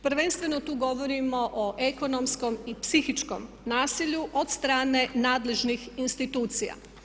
Prvenstveno tu govorimo o ekonomskom i psihičkom nasilju od strane nadležnih institucija.